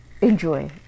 enjoy